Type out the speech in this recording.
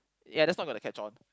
yeah that's not going to catch on